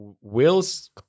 Will's